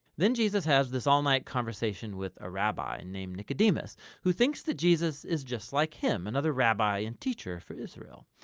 then jesus has this all night conversation with a rabbi named nicodemus who thinks that jesus is just like him, another rabbi and teacher for israel,